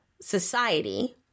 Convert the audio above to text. society